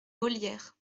molières